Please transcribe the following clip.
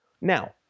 Now